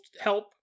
help